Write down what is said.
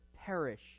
perish